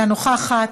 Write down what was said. אינה נוכחת,